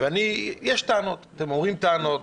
יש טענות, אתם אומרים טענות.